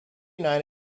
night